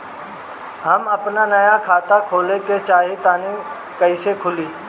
हम आपन नया खाता खोले के चाह तानि कइसे खुलि?